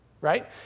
right